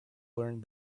learned